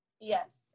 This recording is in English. Yes